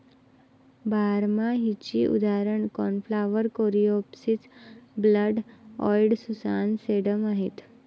बारमाहीची उदाहरणे cornflower, coreopsis, black eyed Susan, sedum आहेत